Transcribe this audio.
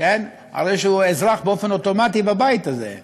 הרי הוא אזרח באופן אוטומטי בבית הזה.